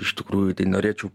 iš tikrųjų tai norėčiau